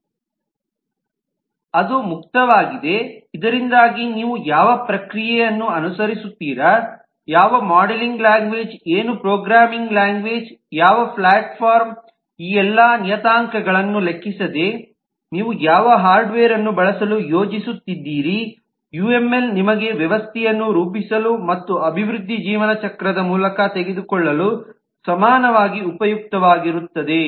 ಅದು ಮುಕ್ತವಾಗಿದೆ ಇದರಿಂದಾಗಿ ನೀವು ಯಾವ ಪ್ರಕ್ರಿಯೆಯನ್ನು ಅನುಸರಿಸುತ್ತೀರಿ ಯಾವ ಮಾಡೆಲಿಂಗ್ ಲ್ಯಾಂಗ್ವೇಜ್ ಏನು ಪ್ರೋಗ್ರಾಮಿಂಗ್ ಲ್ಯಾಂಗ್ವೇಜ್ ಯಾವ ಪ್ಲಾಟ್ಫಾರ್ಮ್ ಈ ಎಲ್ಲಾ ನಿಯತಾಂಕಗಳನ್ನು ಲೆಕ್ಕಿಸದೆ ನೀವು ಯಾವ ಹಾರ್ಡ್ವೇರ್ ಅನ್ನು ಬಳಸಲು ಯೋಜಿಸುತ್ತಿದ್ದೀರಿ ಯುಎಂಎಲ್ ನಿಮಗೆ ವ್ಯವಸ್ಥೆಯನ್ನು ರೂಪಿಸಲು ಮತ್ತು ಅಭಿವೃದ್ಧಿಯ ಜೀವನ ಚಕ್ರದ ಮೂಲಕ ತೆಗೆದುಕೊಳ್ಳಲು ಸಮಾನವಾಗಿ ಉಪಯುಕ್ತವಾಗಿರುತ್ತದೆ